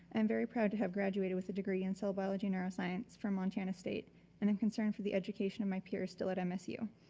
i'm very proud to have graduated with a degree in cell biology neuroscience from montana state and i'm concerned for the education of my peers still at msu.